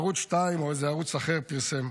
ערוץ 2 או איזה ערוץ אחר פרסם.